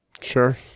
Sure